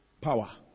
power